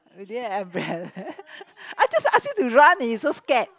we didn't have umbrella I just ask you to run and you so scared